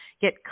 get